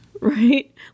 right